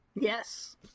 Yes